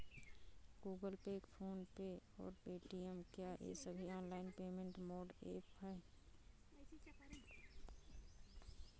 Google pay PhonePe और Paytm क्या ये सभी ऑनलाइन पेमेंट मोड ऐप हैं?